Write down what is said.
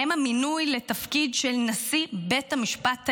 ובהם המינוי לתפקיד של נשיא בית המשפט העליון,